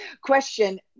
question